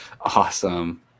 Awesome